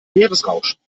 meeresrauschen